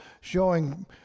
showing